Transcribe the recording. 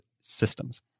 systems